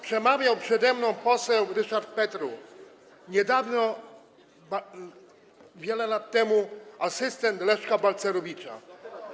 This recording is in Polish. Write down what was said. Przemawiał przede mną poseł Ryszard Petru, wiele lat temu asystent Leszka Balcerowicza.